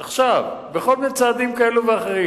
עכשיו, בכל מיני צעדים כאלה ואחרים.